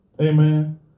Amen